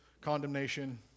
condemnation